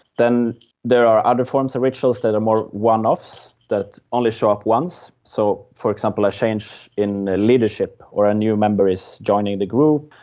then there are other forms of rituals that are more one-offs that only show up once. so, for example, a change in leadership where a new member is joining the group,